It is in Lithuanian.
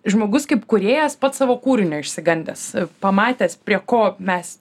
žmogus kaip kūrėjas pats savo kūrinio išsigandęs pamatęs prie ko mes